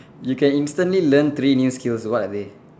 you can instantly learn three new sills what are they